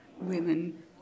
women